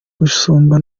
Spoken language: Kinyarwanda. gusumba